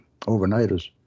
overnighters